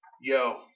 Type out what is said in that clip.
yo